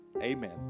Amen